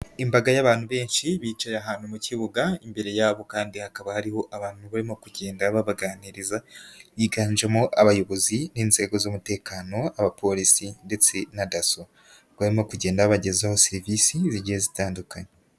Imbaga y'abantu benshi bicaye ahantu mu kibuga, imbere yabo kandi hakaba hariho abantu barimo kugenda babaganiriza, biganjemo abayobozi n'inzego z'umutekano, abapolisi ndetse na Dasso. Bakaba barimo kugenda babagezaho serivisi zigiye zitandukanye.